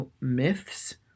myths